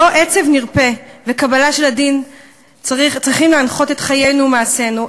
לא עצב נרפה וקבלה של הדין צריכים להנחות את חיינו ומעשינו,